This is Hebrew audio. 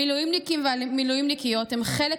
המילואימניקים והמילואימניקיות הם חלק